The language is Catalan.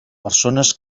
persones